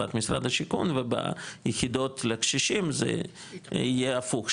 לטובת משרד השיכון וביחידות לקשישים זה יהיה הפוך,